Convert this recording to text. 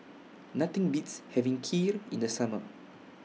Nothing Beats having Kheer in The Summer